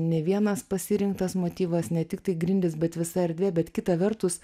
ne vienas pasirinktas motyvas ne tiktai grindys bet visa erdvė bet kita vertus